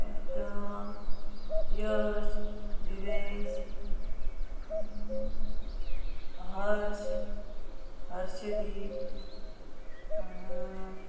परतो यश दिवेश आनी हर्श हर्शदीप